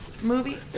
Movie